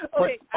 Okay